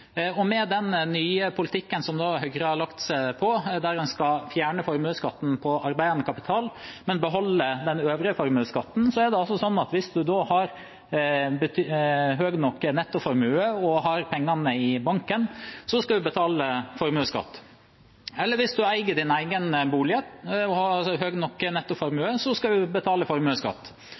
nye politikken som Høyre har lagt seg på, der de skal fjerne formuesskatten på arbeidende kapital, men beholde den øvrige formuesskatten, er det sånn at hvis man har høy nok netto formue og har pengene i banken, så skal man betale formuesskatt. Eller hvis man eier egen bolig og har høy nok netto formue, så skal man betale formuesskatt.